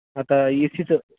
आता ये सीचं